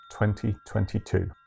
2022